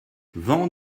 vent